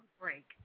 break